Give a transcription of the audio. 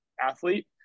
athlete